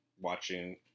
watching